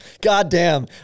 goddamn